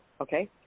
Okay